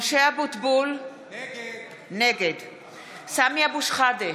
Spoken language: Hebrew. משה אבוטבול, נגד סמי אבו שחאדה,